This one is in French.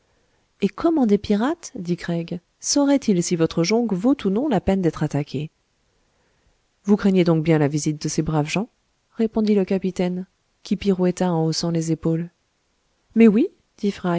et comment des pirates dit craig sauraient ils si votre jonque vaut ou non la peine d'être attaquée vous craignez donc bien la visite de ces braves gens répondit le capitaine qui pirouetta en haussant les épaules mais oui